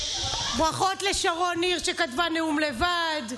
ברכות לשרון ניר, שכתבה נאום לבד.